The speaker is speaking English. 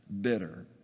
bitter